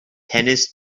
tennis